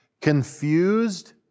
Confused